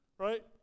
Right